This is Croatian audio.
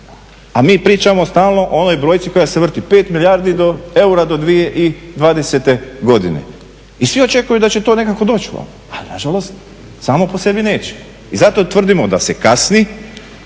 A mi pričamo stalno o onoj brojci koja se vrti, 5 milijardi eura do 2020. godine. I svi očekuju da će to nekako doći valjda. Ali nažalost, samo po sebi neće. I zato tvrdimo da se kasni,